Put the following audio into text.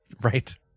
Right